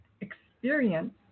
experience